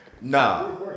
Nah